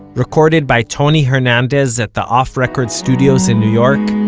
recorded by tony hernandez at the off record studios in new york,